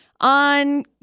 on